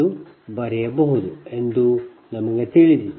ಎಂದು ಬರೆಯಬಹುದು ಎಂದು ನಮಗೆ ತಿಳಿದಿದೆ